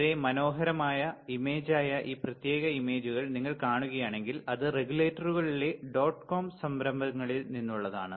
വളരെ മനോഹരമായ ഇമേജായ ഈ പ്രത്യേക ഇമേജുകൾ നിങ്ങൾ കാണുകയാണെങ്കിൽ അത് റെഗുലേറ്ററുകളിലെ ഡോട്ട് കോം സംരംഭങ്ങളിൽ നിന്നുള്ളതാണ്